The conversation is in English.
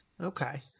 Okay